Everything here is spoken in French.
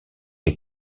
les